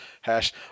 Hash